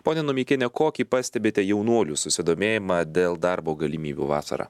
ponia nomeikiene kokį pastebite jaunuolių susidomėjimą dėl darbo galimybių vasarą